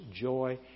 joy